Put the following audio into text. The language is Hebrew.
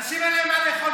אנשים, אין להם מה לאכול.